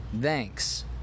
thanks